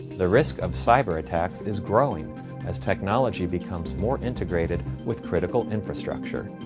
the risk of cyber attacks is growing as technology becomes more integrated with critical infrastructure.